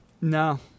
No